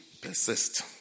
Persist